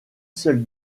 seule